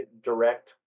direct